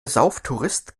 sauftourist